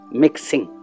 mixing